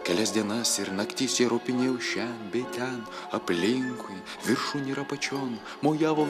kelias dienas ir naktis jie ropinėjo šen bei ten aplinkui viršun ir apačion mojavo